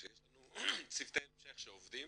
שיש לנו צוותי המשך שעובדים